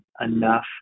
enough